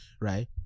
right